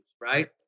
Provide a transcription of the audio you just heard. right